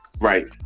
right